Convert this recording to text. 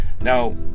now